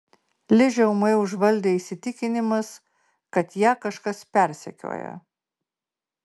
ližę ūmai užvaldė įsitikinimas kad ją kažkas persekioja